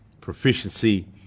proficiency